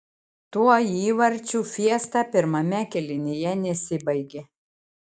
tuo įvarčių fiesta pirmame kėlinyje nesibaigė